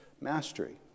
mastery